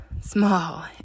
small